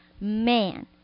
man